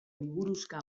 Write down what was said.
liburuxka